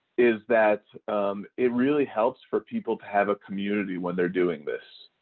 is that it really helps for people to have a community when they are doing this.